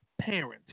parent